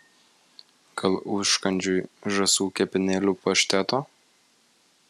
gal užkandžiui žąsų kepenėlių pašteto